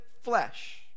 flesh